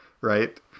right